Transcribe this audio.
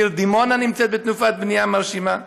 העיר דימונה נמצאת בתנופת בנייה מרשימה,